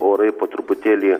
orai po truputėlį